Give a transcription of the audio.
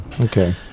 Okay